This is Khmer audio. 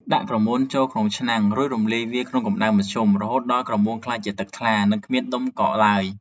ដាក់ក្រមួនចូលក្នុងឆ្នាំង រួចរំលាយវាក្នុងកម្ដៅមធ្យមរហូតដល់ក្រមួនក្លាយជាទឹកថ្លា និងគ្មានដុំកកឡើយ។